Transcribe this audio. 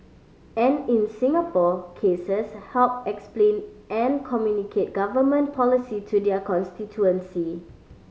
and in Singapore cases help explain and communicate Government policy to their constituency